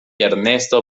ernesto